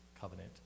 Covenant